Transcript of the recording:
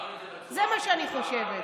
זה מה שאני חושבת.